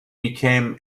became